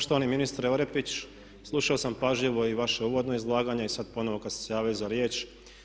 Poštovani ministre Orepić slušao sam pažljivo i vaše uvodno izlaganje i sad ponovno kad ste se javili za riječ.